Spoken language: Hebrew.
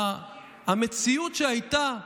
המציאות שהייתה,